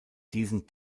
diesen